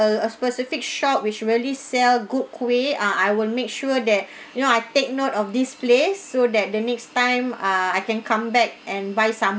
a a specific shop which really sell good kuih ah I will make sure that you know I take note of this place so that the next time ah I can come back and buy some